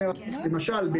למשל,